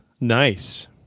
Nice